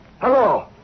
Hello